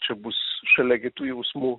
čia bus šalia kitų jausmų